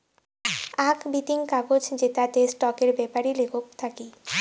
আক বিতিং কাগজ জেতাতে স্টকের বেপারি লেখক থাকি